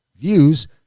views